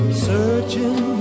Searching